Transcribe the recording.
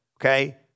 okay